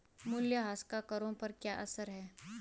मूल्यह्रास का करों पर क्या असर है?